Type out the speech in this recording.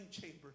chamber